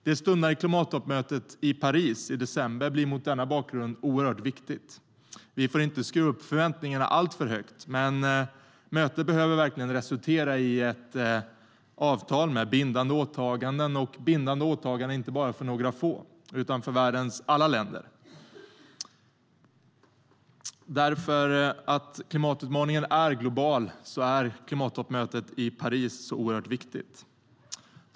Det stundande klimattoppmötet i Paris i december blir mot denna bakgrund mycket viktigt. Vi får inte skruva upp förväntningarna alltför högt, men mötet behöver verkligen resultera i ett avtal med bindande åtaganden, och då inte bara för några få utan för världens alla länder. Klimatutmaningen är global, och därför är klimattoppmötet viktigt.